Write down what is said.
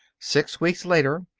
six weeks later,